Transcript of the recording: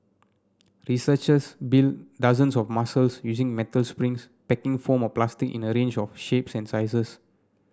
researchers built dozens of muscles using metal springs packing foam or plastic in a range of shapes and sizes